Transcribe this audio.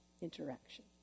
interaction